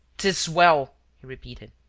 t is well! he repeated.